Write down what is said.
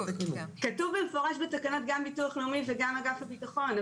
כתוב במפורש בתקנות גם ביטוח לאומי וגם אגף הביטחון,